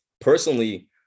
personally